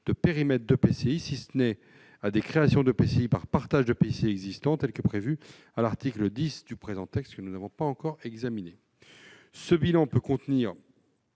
de périmètre d'EPCI, si ce n'est à des créations d'EPCI par partage d'EPCI existant, telles qu'elles sont prévues à l'article 10 du présent texte, que nous n'avons pas encore examiné. Ce bilan peut contenir